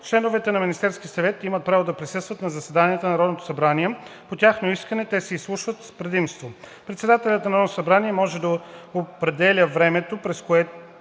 Членовете на Министерския съвет имат право да присъстват на заседанията на Народното събрание. По тяхно искане те се изслушват с предимство. Председателят на Народното събрание може да определя времето, през което